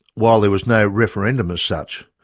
while there was no referendum as such,